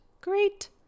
great